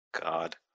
God